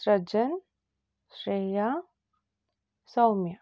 Sajan Shreya Soumya